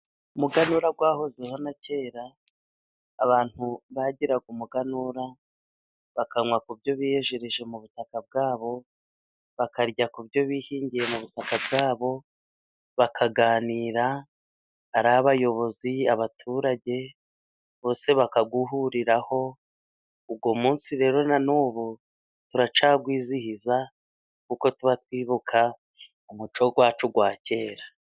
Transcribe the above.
Umuganura wahozeho na kera ,abantu bagiraga umuganura bakanywa ku byo biyejereje mu butaka bwabo, bakarya ku byo bihingiye mu butaka bwabo, bakaganira ari abayobozi ,abaturage bose bakawuhuriraho ,uwo munsi rero na n'ubu turacyawizihiza kuko tuba twibuka umuco wacu wa kera.